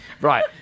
Right